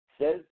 says